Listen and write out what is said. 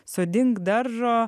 sodink daržo